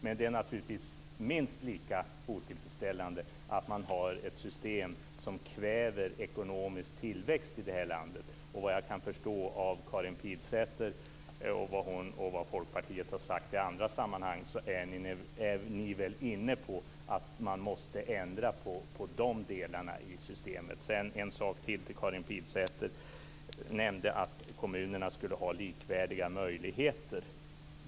Men det är naturligtvis minst lika otillfredsställande att man har ett system som kväver ekonomisk tillväxt i landet. Såvitt jag kan förstå av Karin Pilsäter och av det Folkpartiet har sagt i andra sammanhang är ni väl inne på att man måste ändra på de delarna i systemet. En sak till vill jag säga till Karin Pilsäter. Hon nämnde att kommunerna skulle ha likvärdiga möjligheter.